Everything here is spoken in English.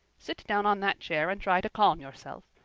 sit down on that chair and try to calm yourself.